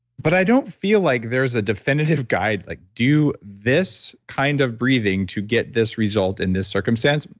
but i don't feel like there's a definitive guide like do this kind of breathing to get this result in this circumstance,